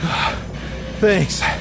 thanks